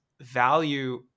value